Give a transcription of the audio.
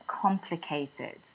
complicated